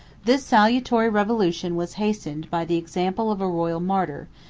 this salutary revolution was hastened by the example of a royal martyr,